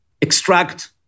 extract